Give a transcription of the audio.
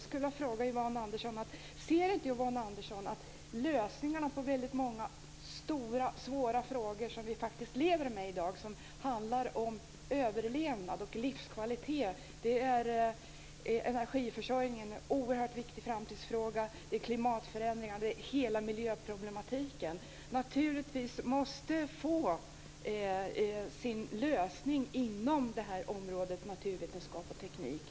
Ser inte Yvonne Andersson att väldigt många stora och svåra frågor som vi faktiskt lever med i dag och som handlar om överlevnad och livskvalitet - energiförsörjningen är en oerhört viktig framtidsfråga men det gäller också klimatförändringar och hela miljöproblematiken - naturligtvis måste få sin lösning inom området naturvetenskap och teknik?